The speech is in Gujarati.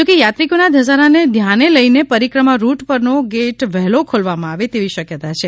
જોકે યાત્રિકોના ઘસારાને ધ્યાને લઈને પરિક્રમા રૂટ પરનો ગેટ વહેલો ખોલવામાં આવે તેવી શક્યતા છે